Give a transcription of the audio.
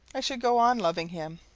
i should go on loving him.